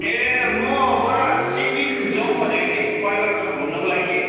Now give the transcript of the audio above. ए म बडा सिक्किम जाउँ भनेको थिएँ कि परिवारसँग घुम्नुको लागि